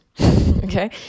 okay